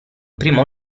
primo